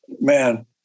man